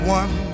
one